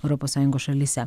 europos sąjungos šalyse